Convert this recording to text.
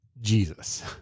Jesus